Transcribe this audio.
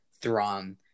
Thrawn